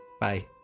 bye